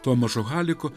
tomašo haliko